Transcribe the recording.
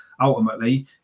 ultimately